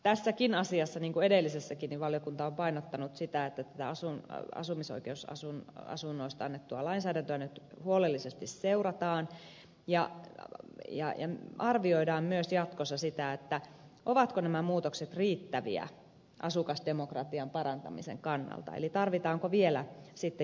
tässäkin asiassa niin kuin edellisessäkin valiokunta on painottanut sitä että tätä asumisoikeusasunnoista annettua lainsäädäntöä nyt huolellisesti seurataan ja arvioidaan myös jatkossa sitä ovatko nämä muutokset riittäviä asukasdemokratian parantamisen kannalta eli tarvitaanko vielä sitten jatkossa jotakin muuta